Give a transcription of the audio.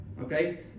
okay